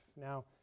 Now